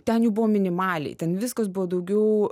ten jau buvo minimaliai ten viskas buvo daugiau